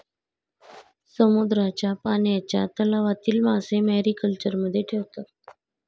समुद्राच्या पाण्याच्या तलावातील मासे मॅरीकल्चरमध्ये ठेवतात